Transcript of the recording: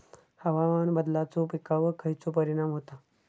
हवामान बदलाचो पिकावर खयचो परिणाम होता?